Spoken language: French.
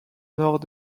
nord